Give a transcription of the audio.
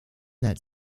that